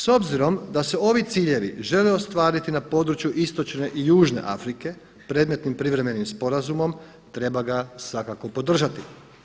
S obzirom da se ovi ciljevi žele ostvariti na području istočne i južne Afrike predmetnim privremenim sporazumom treba ga svakako podržati.